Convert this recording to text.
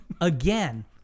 Again